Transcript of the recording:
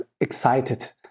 excited